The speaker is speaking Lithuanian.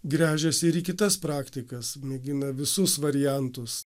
gręžiasi ir į kitas praktikas mėgina visus variantus